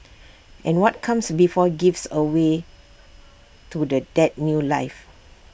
and what comes before gives A way to the that new life